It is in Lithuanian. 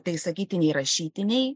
tai sakytinei rašytinei